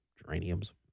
geraniums